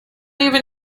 even